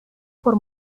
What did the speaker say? por